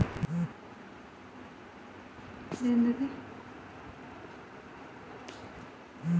ఈథెఫోన్ని ఉపయోగించి కృత్రిమంగా పండించే ప్రక్రియలో ఎవరైనా సహాయం చేయగలరా?